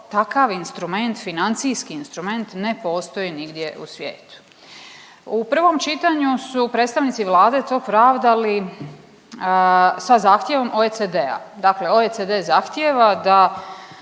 takav instrument, financijski instrument ne postoji nigdje u svijetu. U prvom čitanju su predstavnici Vlade to pravdali sa zahtjevom OECD-a, dakle OECD zahtijeva da